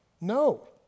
no